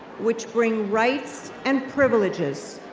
which bring rights and privileges.